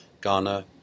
Ghana